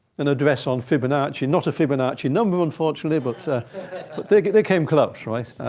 an address on fibonacci, not a fibonacci number, unfortunately, but they came close, right?